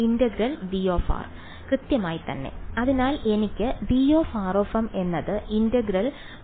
വിദ്യാർത്ഥി integral V